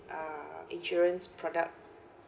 uh insurance product